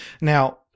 Now